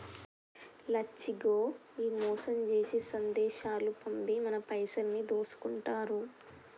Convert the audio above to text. లచ్చిగో ఈ మోసం జేసే సందేశాలు పంపి మన పైసలన్నీ దోసుకుంటారు